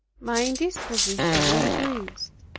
my indisposition increased.